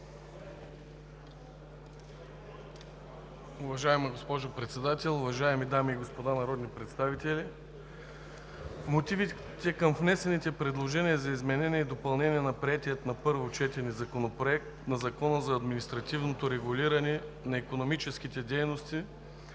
Уважаема госпожо Председател, уважаеми дами и господа народни представители! Мотивите ни към внесените предложения за изменение и допълнение на приетия на първо четене Законопроект за изменение на Закона за административното регулиране на икономическите дейности,